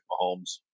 Mahomes